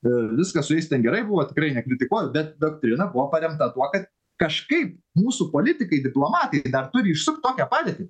ir viskas su jais ten gerai buvo tikrai kritikuoju bet doktrina buvo paremta tuo kad kažkaip mūsų politikai diplomatai dar turi išsukt tokią padėtį